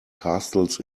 castles